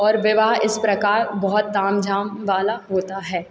और विवाह इस प्रकार बहुत ताम झाम वाला होता है